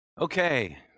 Okay